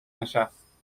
نشست